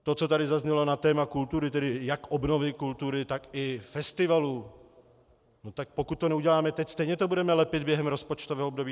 To, co tady zaznělo na téma kultury, tedy jak obnovy kultury, tak i festivalů, tak pokud to neuděláme teď, stejně to budeme lepit během rozpočtového období.